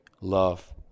love